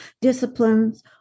disciplines